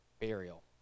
burial